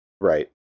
Right